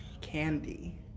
candy